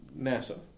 NASA